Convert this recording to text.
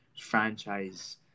franchise